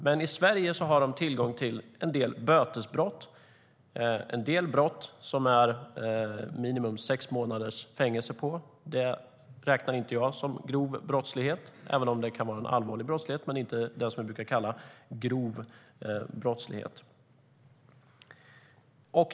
Men i Sverige har de tillgång till informationen vid till exempel en del bötesbrott, en del brott där det är minimum sex månaders fängelse. Det räknar jag inte som grov brottslighet. Det kan vara allvarlig brottslighet, men det är inte det vi brukar kalla grov brottslighet.